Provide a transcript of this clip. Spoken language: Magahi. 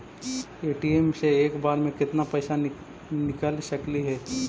ए.टी.एम से एक बार मे केत्ना पैसा निकल सकली हे?